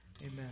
amen